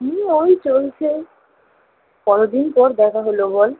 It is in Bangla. হুম ওই চলছে কতো দিন পর দেখা হলো বল